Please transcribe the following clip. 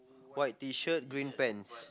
white T shirt green pants